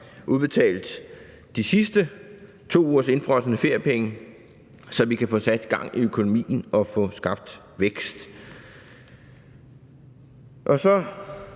udbetalt de sidste 2 ugers indefrosne feriepenge, så vi kan få sat gang i økonomien og få skabt vækst.